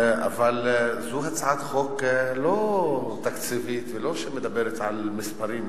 אבל זו הצעת חוק לא תקציבית ושלא מדברת על מספרים,